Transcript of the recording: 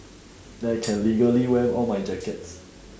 then I can legally wear all my jackets